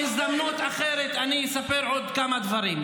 בהזדמנות אחרת אני אספר על עוד כמה דברים,